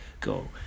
go